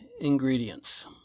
ingredients